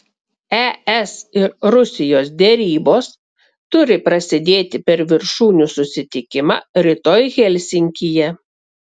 es ir rusijos derybos turi prasidėti per viršūnių susitikimą rytoj helsinkyje